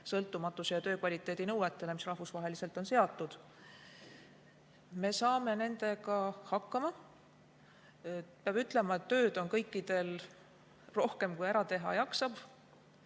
sõltumatuse ja töö kvaliteedi nõuetele, mis rahvusvaheliselt on seatud. Me saame nendega hakkama. Peab ütlema, et tööd on kõikidel rohkem, kui ära teha jaksab.